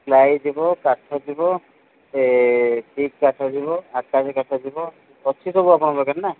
ply ଯିବ କାଠ ଯିବ ସେ ପ୍ କାଠ ଯିବ ଆକାଶ କାଠ ଯିବ ଅଛି ସବୁ ଆପଣଙ୍କ ପାଖରେ ନା